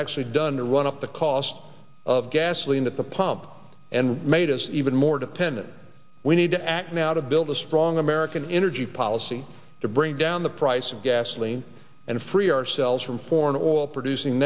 actually done to run up the cost of gasoline at the pump and made us even more dependent we need to act now to build a strong american energy policy to bring down the price of gasoline and free ourselves from foreign oil producing